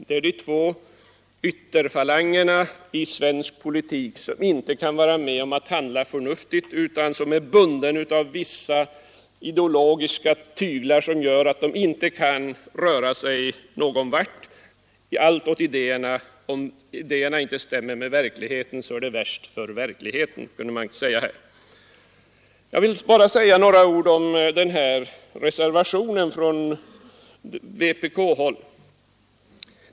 Det är de två ytterfalangerna i svensk politik som inte kan vara med om att handla förnuftigt, utan som är bundna av vissa ideologiska tyglar som gör att de inte kan röra sig och komma någon vart - om idéerna inte stämmer med verkligheten, är det värst för verkligheten, kunde man säga här. Jag vill bara säga några få ord om reservationen från vpk-håll.